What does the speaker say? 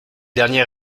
dernier